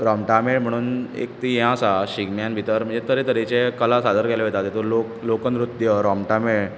रोमटा मेळ म्हुणून एक ती हें आसा शिगम्यान भितर म्हणजे तरे तरेचे कला सादर केल्ले वयता तेतूंत लोक लोकनृत्य रोमटा मेळ